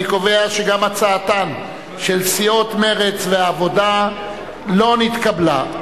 אני קובע שגם הצעתן של סיעות מרצ והעבודה לא נתקבלה.